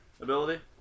ability